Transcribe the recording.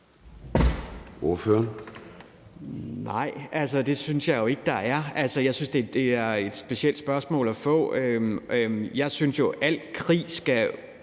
Nej, det synes jeg jo ikke der er. Altså, jeg synes, det er et specielt spørgsmål at få. Jeg synes jo, at al krig skal